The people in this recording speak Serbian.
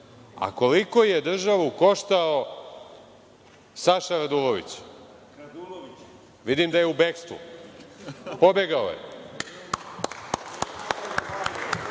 ništa. Koliko je državu koštao Saša Radulović? Vidim da je u bekstvu, pobegao je.